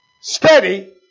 steady